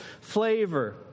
flavor